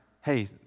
hey